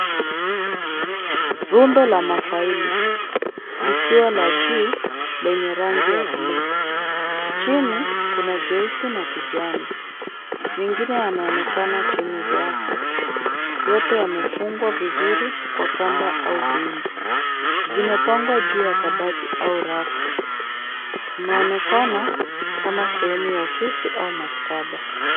Rundo la mafaili likiwa la juu lenye rangi ya blue . Chini kuna jeusi na kijani. Mengine yanaonekana chini yake. Yote yamefungwa vizuri kwa kamba au bendi. Zimepangwa juu ya kabati au rafu. Inaonekana kama sehemu ya ofisi au makhtaba.